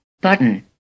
Button